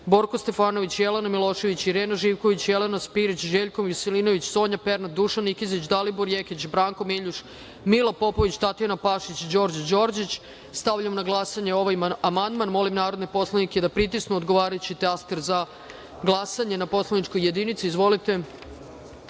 Borko Stefanović, Jelena Milošević, Irena Živković, Jelena Spirić, Željko Veselinović, Sonja Pernat, Dušan Nikezić, Dalibor Jekić, Branko Miljuš, Mila Popović, Tatjana Pašić i Đorđo Đorđić. Stavljam na glasanje ovaj amandman. Molim narode poslanike da pritisnu odgovarajući taster na poslaničkoj jedinici. Zaključujem